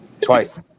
Twice